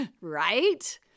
right